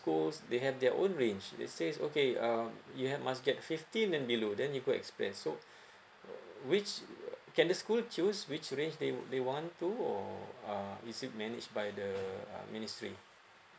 schools they have their own range they says okay uh you have must get fifteen and below then you go express so so which can the school choose which range they they want to or uh is it manage by the uh ministry